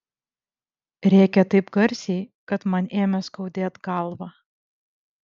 rėkė taip garsiai kad man ėmė skaudėt galvą